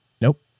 Nope